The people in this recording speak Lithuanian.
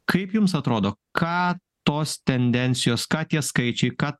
kaip jums atrodo ką tos tendencijos ką tie skaičiai ką